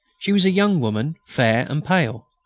she was a young woman, fair and pale.